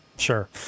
sure